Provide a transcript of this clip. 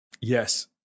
Yes